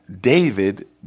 David